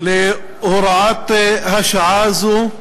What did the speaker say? להוראת השעה הזו,